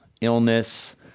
illness